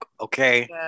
okay